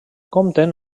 compten